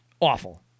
awful